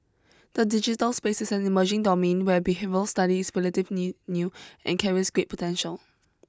the digital space is an emerging domain where behavioural study is relatively new and carries great potential